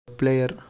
player